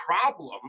problem